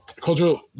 cultural